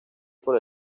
por